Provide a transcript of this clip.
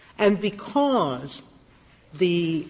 and because the